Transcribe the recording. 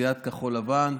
סיעת כחול לבן,